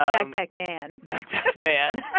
backpack man backpack man